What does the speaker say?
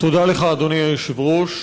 תודה לך, אדוני היושב-ראש,